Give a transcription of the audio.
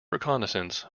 reconnaissance